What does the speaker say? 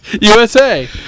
USA